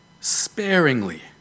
sparingly